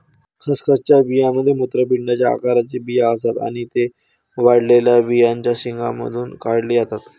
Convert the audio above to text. खसखसच्या बियांमध्ये मूत्रपिंडाच्या आकाराचे बिया असतात आणि ते वाळलेल्या बियांच्या शेंगांमधून काढले जातात